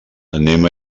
anem